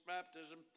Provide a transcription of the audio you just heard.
Baptism